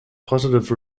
positive